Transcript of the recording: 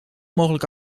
mogelijk